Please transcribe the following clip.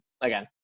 again